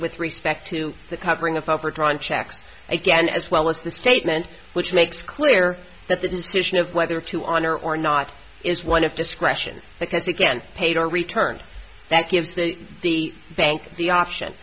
with respect to the covering of overdrawn checks again as well as the statement which makes clear that the decision of whether to honor or not is one of discretion because again paid our return that gives the the thank the option